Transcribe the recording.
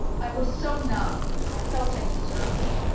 i was so numb i felt i deserved it,